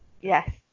Yes